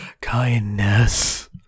Kindness